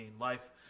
life